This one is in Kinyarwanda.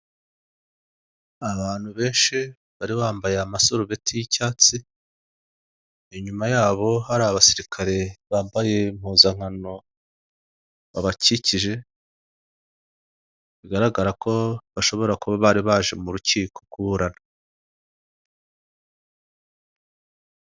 Ubu ngubu ni ubucuruzi bw'amafaranga. Ahangaha turabona amafaranga y'amanyarwanda, amafaranga y'amanyamahanga, amadorari bitewe nayo ukeneye uraza ukazana amanyarwanda bakaguhereza amanyamahanga cyangwa ukazana amanyamahanga bakaguha amanyarwanda.